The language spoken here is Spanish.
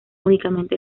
únicamente